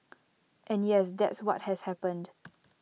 and yes that's what has happened